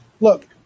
Look